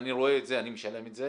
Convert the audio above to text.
אני רואה את זה, אני משלם את זה.